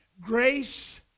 Grace